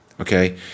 Okay